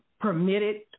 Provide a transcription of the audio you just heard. permitted